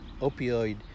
opioid